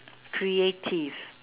creative